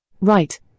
Right